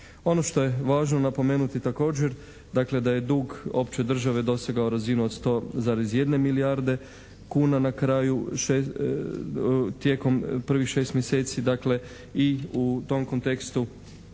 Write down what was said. Ono što je važno napomenuti također dakle da je dug opće države dosegao razinu od 100,1 milijarde kuna na kraju tijekom prvih šest mjeseci, dakle i u tom kontekstu